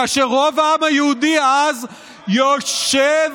כאשר רוב העם היהודי אז יושב מחוץ,